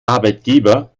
arbeitgeber